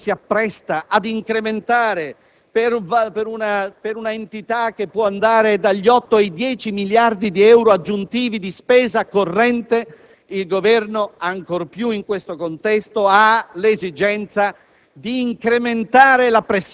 nel momento in cui il Governo si appresta ad incrementare per una entità che può andare dagli 8 ai 10 miliardi di euro aggiuntivi di spesa corrente, il Governo, ancor più in questo contesto, ha l'esigenza